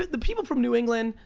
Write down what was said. the people from new england,